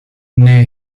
near